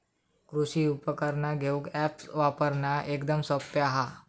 कृषि उपकरणा घेऊक अॅप्स वापरना एकदम सोप्पा हा